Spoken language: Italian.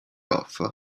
off